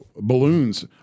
balloons